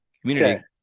Community